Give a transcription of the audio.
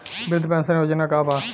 वृद्ध पेंशन योजना का बा?